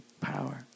power